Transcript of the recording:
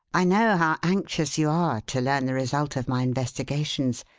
i know how anxious you are to learn the result of my investigations.